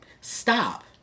Stop